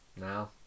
Now